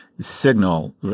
signal